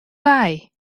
wei